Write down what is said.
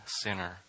sinner